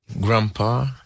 Grandpa